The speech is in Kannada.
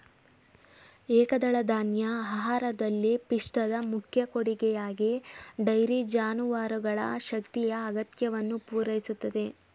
ಏಕದಳಧಾನ್ಯ ಆಹಾರದಲ್ಲಿ ಪಿಷ್ಟದ ಮುಖ್ಯ ಕೊಡುಗೆಯಾಗಿ ಡೈರಿ ಜಾನುವಾರುಗಳ ಶಕ್ತಿಯ ಅಗತ್ಯವನ್ನು ಪೂರೈಸುತ್ತೆ